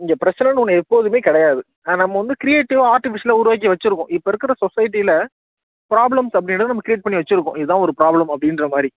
இங்கே பிரச்சனைன்னு ஒன்று எப்போதுமே கிடையாது ஆனால் நம்ம வந்து க்ரியேட்டிவ்வாக ஆர்டிஃபிசியலாக உருவாக்கி வச்சிருக்கோம் இப்போது இருக்கிற சொசைட்டியில ப்ராப்ளம்ஸ் அப்படிங்கிறது நம்ம க்ரியேட் பண்ணி வச்சிருக்கோம் இதுதான் ஒரு ப்ராப்ளம் அப்படின்ற மாதிரி